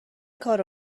کارو